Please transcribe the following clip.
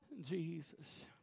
Jesus